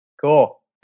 Cool